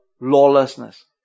lawlessness